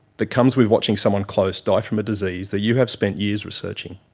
that comes with watching someone close die from a disease that you have spent years researching.